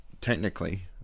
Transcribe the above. technically